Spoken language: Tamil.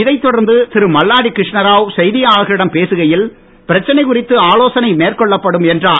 இதைத் தொடர்ந்து திரு மல்லாடி கிருஷ்ணராவ் செய்தியாளர்களிடம் பேசுகையில் பிரச்சனை குறித்து ஆலோசனை மேற்கொள்ளப்படும் என்றார்